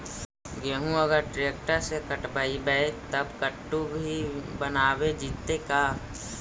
गेहूं अगर ट्रैक्टर से कटबइबै तब कटु भी बनाबे जितै का?